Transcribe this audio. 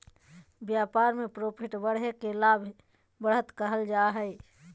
व्यापार में प्रॉफिट बढ़े के लाभ, बढ़त कहल जा हइ